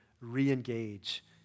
re-engage